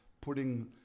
putting